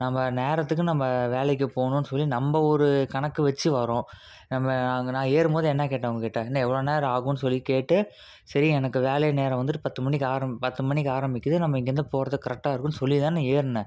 நம்ப நேரத்துக்கு நம்ப வேலைக்கு போகணும்னு சொல்லி நம்ப ஒரு கணக்கு வச்சு வரோம் நம்ப அங்கே நான் ஏறும் போது என்ன கேட்டேன் உங்கள்கிட்ட இன்னும் எவ்வளோ நேரம் ஆகுன்னு சொல்லி கேட்டு சரி எனக்கு வேலை நேரம் வந்துவிட்டு பத்து மணிக்கு ஆரம்பிக் பத்து மணிக்கு ஆரம்பிக்குது நம்ம இங்கேருந்து போகறத்துக்கு கரெக்டாக இருக்குன்னு சொல்லி தான ஏறின